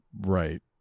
Right